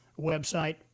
website